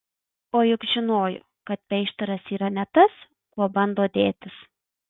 o juk žinojo kad peištaras yra ne tas kuo bando dėtis